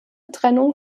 trennung